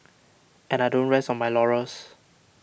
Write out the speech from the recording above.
and I don't rest on my laurels